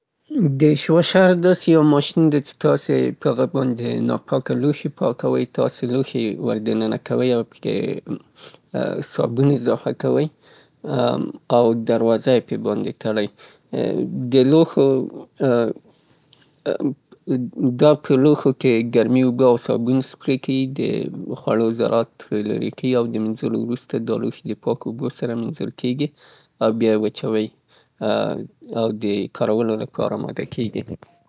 دیشواشیر یا د ظروفو د مینځلو وسیله ، د دې په واسطه باندې، پدې کې اوبه او صابون اضافه کیږي او دلوښوو د مينځلو د پاره استفاده کیږي، صابون سپرې کیی، او ظرفونه او لوښي پاکیي. د وچوولو د پاره یې تودوخه کاریې او د لاس مینځلو په نسبت ډیر اسانه کیی کار.